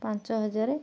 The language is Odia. ପାଞ୍ଚ ହଜାର